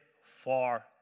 far